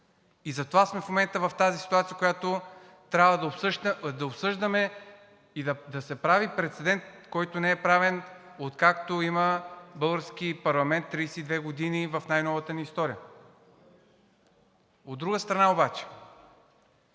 И затова сме в момента в тази ситуация, която трябва да обсъждаме, и да се прави прецедент, който не е правен, откакто има български парламент 32 години в най-новата ни история. От друга страна обаче,